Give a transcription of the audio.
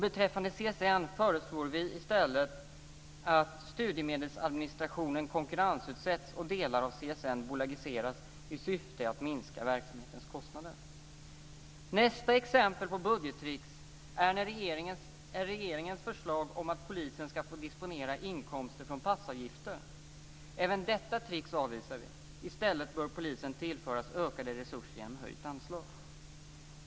Beträffande CSN föreslår vi i stället att studiemedelsadministrationen konkurrensutsätts och att delar av Nästa exempel på budgettricks är regeringens förslag om att polisen ska få disponera inkomster från passavgifter. Även detta trick avvisar vi. I stället bör polisen tillföras ökade resurser genom ett höjt anslag.